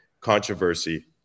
controversy